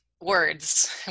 words